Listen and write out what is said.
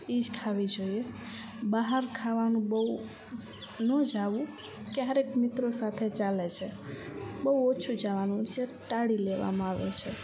એ જ ખાવી જોઈએ બહાર ખાવાનું બહું નો જાવું ક્યારેક મિત્રો સાથેએ ચાલે છે બહું ઓછું જવાનું જે ટાળી લેવામાં આવે છે